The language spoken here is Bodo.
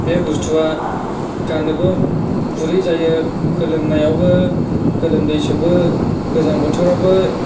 बे बुस्थुआ गाननोबो गुरै जायो गोलोमनायावबो गोलोमदै सोबो गोजां बोथोरावबो